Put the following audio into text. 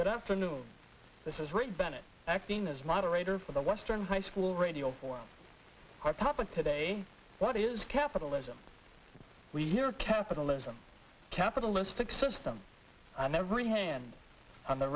good afternoon this is really acting as moderator for the western high school radio for our topic today what is capitalism we hear capitalism capitalistic system and every hand on the